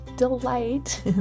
delight